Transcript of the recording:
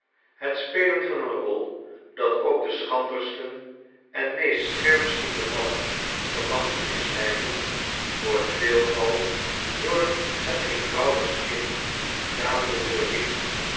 het spelen van een rol dat ook den schrandersten en meest scherpzienden man vermag te misleiden wordt veelal door het eenvoudigst kind dadelijk